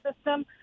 system